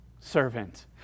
servant